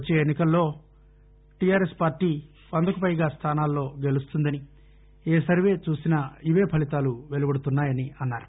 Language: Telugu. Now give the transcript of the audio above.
వచ్చే ఎన్నికల్లో టీఆర్ఎస్ పార్లీ వందకు పైగా స్థానాలలో గెలుస్తుందని ఏ సర్వే చూసినా ఇవే ఫలితాలు వెలువడుతున్నాయని అన్నారు